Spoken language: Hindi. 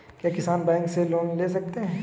क्या किसान बैंक से लोन ले सकते हैं?